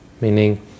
meaning